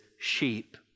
sheep